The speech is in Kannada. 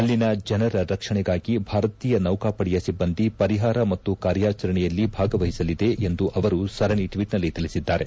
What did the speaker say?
ಅಲ್ಲಿನ ಜನರ ರಕ್ಷಣೆಗಾಗಿ ಭಾರತೀಯ ನೌಕಾಪಡೆಯ ಸಿಬ್ಬಂದಿ ಪರಿಹಾರ ಮತ್ತು ಕಾರ್ಯಾಚರಣೆಯಲ್ಲಿ ಭಾಗವಹಿಸಲಿದೆ ಎಂದು ಅವರು ಸರಣಿ ಟ್ಷೀಟ್ನಲ್ಲಿ ತಿಳಿಸಿದ್ದಾರೆ